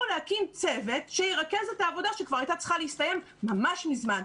להקים צוות שירכז את העבודה שכבר הייתה צריכה להסתיים ממש מזמן.